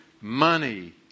money